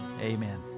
amen